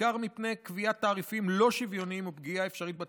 בעיקר מפני קביעת תעריפים לא שוויוניים ופגיעה אפשרית בתחרות.